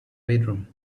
bedroom